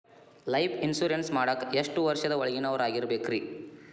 Life insurance ಮಾಡಾಕ ಎಷ್ಟು ವರ್ಷದ ಒಳಗಿನವರಾಗಿರಬೇಕ್ರಿ?